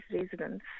residents